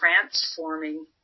transforming